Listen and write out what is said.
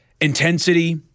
intensity